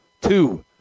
Two